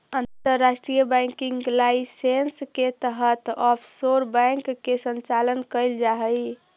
अंतर्राष्ट्रीय banking license के तहत ऑफशोर बैंक के संचालन कैल जा हइ